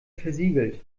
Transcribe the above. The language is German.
versiegelt